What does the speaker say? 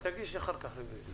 הצבעה לא נתקבלה.